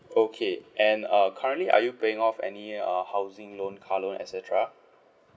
okay and uh currently are you paying off any uh housing loan car loan et cetera